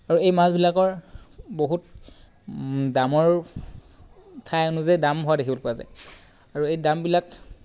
আৰু এই মাছবিলাকৰ বহুত দামৰ ঠাই অনুযায়ী দাম হোৱা দেখিবলৈ পোৱা যায় আৰু এই দামবিলাক